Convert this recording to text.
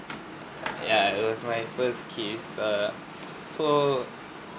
uh ya it was my first kiss err so